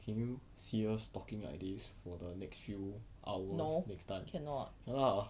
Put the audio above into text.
can you serious talking like this for the next few hours next time ya lah